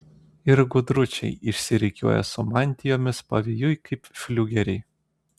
ir gudručiai išsirikiuoja su mantijomis pavėjui kaip fliugeriai